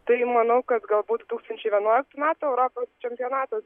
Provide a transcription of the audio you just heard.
tai manau kad galbūt du tūkstančiai vienuoliktų metų europos čempionatas